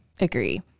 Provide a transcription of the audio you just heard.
Agree